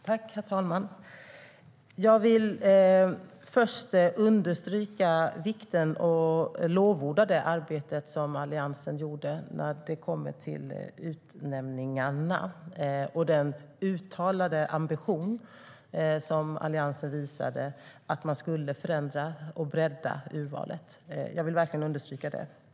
Herr talman! Jag vill börja med att understryka vikten av och lovorda det arbete som Alliansen gjorde beträffande utnämningarna, liksom den uttalade ambition som Alliansen hade att förändra och bredda urvalet. Jag vill verkligen understryka det.